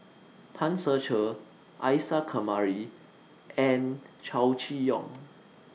Tan Ser Cher Isa Kamari and Chow Chee Yong